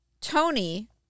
Tony